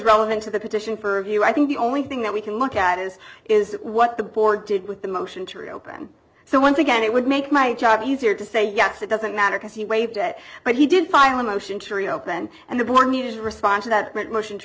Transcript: relevant to the petition for review i think the only thing that we can look at is is what the board did with the motion to reopen so once again it would make my job easier to say yes it doesn't matter because he waived it but he did file a motion to reopen and the board needed to respond to that motion to